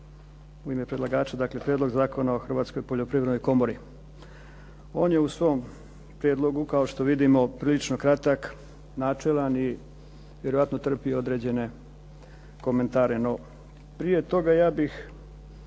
u ime predlagača, dakle Prijedlog zakona o Hrvatskoj poljoprivrednoj komori. On je u svom prijedlogu, kao što vidimo prilično kratak, načelan i vjerojatno trpi određene komentare, no prije toga ja bih